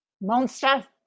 Monster